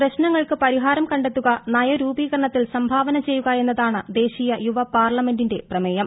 പ്രശ്നങ്ങൾക്ക് പരിഹാരം കണ്ടെത്തുക നയ രൂപീകരണത്തിൽ സംഭാവന ചെയ്യുക എന്നതാണ് ദേശീയ യുവ പാർലമന്റിന്റെ പ്രമേയം